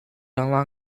along